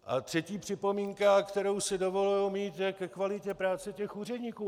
A třetí připomínka, kterou si dovoluji mít, je ke kvalitě práce těch úředníků.